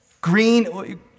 Green